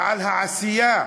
ועל העשייה,